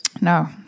no